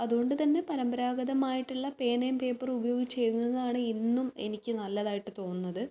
അതുകൊണ്ട് തന്നെ പാരമ്പരാഗതമായിട്ടുള്ള പേനയും പേപ്പറും ഉപയോഗിച്ച് എഴുതുന്നതാണ് ഇന്നും എനിക്ക് നല്ലതായിട്ട് തോന്നുന്നത്